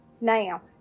Now